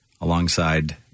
alongside